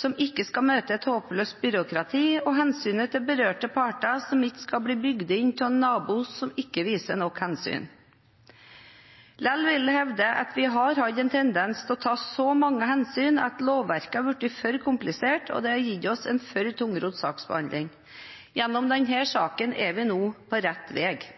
som ikke skal møte et håpløst byråkrati, og hensynet til berørte parter, som ikke skal bli bygd inn av en nabo som ikke viser nok hensyn. Likevel vil jeg hevde at vi har hatt en tendens til å ta så mange hensyn at lovverket har blitt for komplisert, og det har gitt oss en for tungrodd saksbehandling. Gjennom denne saken er vi nå på rett